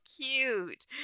cute